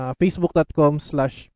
facebook.com/slash